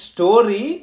Story